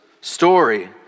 story